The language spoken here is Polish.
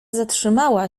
zatrzymała